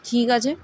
ঠিক আছে